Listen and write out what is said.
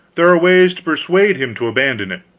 there are ways to persuade him to abandon it.